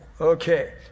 Okay